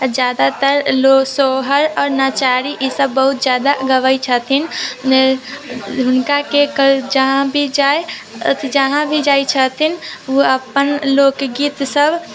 जादातर लोग सोहर आओर नचारी ईसब बहुत जादा गबै छथिन हुनका के जहाँ भी जाइ जहाँ भी जाइ छथिन ओ अपन लोकगीत सब